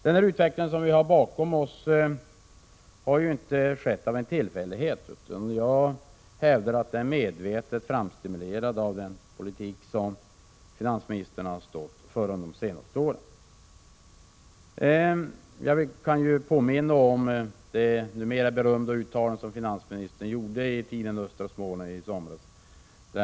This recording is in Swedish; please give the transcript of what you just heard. Den utveckling som vi har bakom oss har inte skett av en tillfällighet. Jag hävdar att den är medvetet framstimulerad av den politik som finansministern har stått för under de senaste åren. Jag kan ju påminna om det numera berömda uttalande som finansministern gjorde i tidningen Östra Småland i somras.